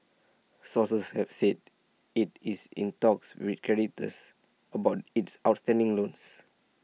sources have said it is in talks with creditors about its outstanding loans